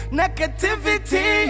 negativity